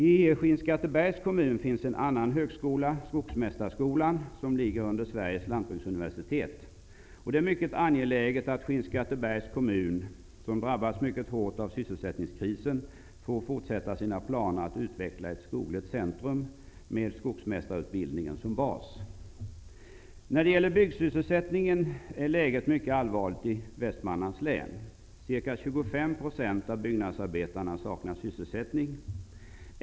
I Skinnskattebergs kommun finns en annan högskola, Skogsmästarskolan, som sorterar under Sveriges lantbruksuniversitet. Det är mycket angeläget att Skinnskattebergs kommun, som drabbats mycket hårt av sysselsättningskrisen, får fortsätta sina planer att utveckla ett skogligt centrum med skogsmästarutbildningen som bas. När det gäller byggsysselsättningen är läget mycket allvarligt i Västmanlands län. Ca 25 % av byggnadsarbetarna saknar sysselsättning.